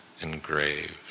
engraved